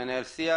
לנהל שיח